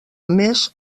més